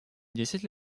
десять